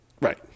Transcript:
Right